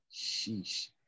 Sheesh